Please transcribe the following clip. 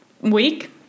week